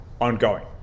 ongoing